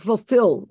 Fulfill